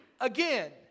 again